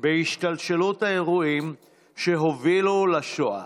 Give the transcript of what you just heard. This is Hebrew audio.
בהשתלשלות האירועים שהובילו לשואה.